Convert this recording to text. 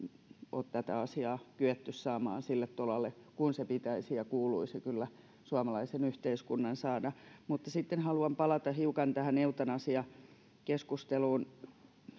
ole tätä asiaa kyenneet saamaan sille tolalle kuin sen pitäisi ja kuuluisi kyllä suomalaisen yhteiskunnan saada sitten haluan palata hiukan tähän eutanasiakeskusteluun